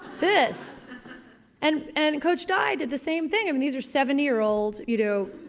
this and and coach dye did the same thing. i mean these are seventy year old, you know,